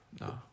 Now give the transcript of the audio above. No